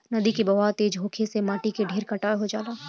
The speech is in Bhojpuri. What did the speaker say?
नदी के बहाव तेज होखे से माटी के ढेर कटाव हो जाला